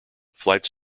flights